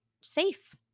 safe